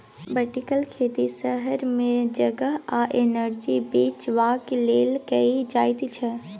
vertical खेती शहर सब मे जगह आ एनर्जी बचेबाक लेल कएल जाइत छै